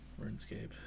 RuneScape